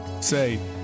say